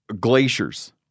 glaciers